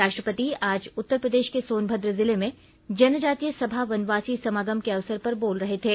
राष्ट्रपति आज उत्तर प्रदेश के सोनभद्र जिले में जनजातीय सभा वनवासी समागम के अवसर पर बोल रहे थे